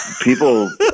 people